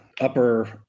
upper